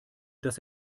dass